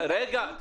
רגע.